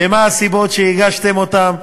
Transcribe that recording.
ומה הסיבות לכך שהגשתם אותן,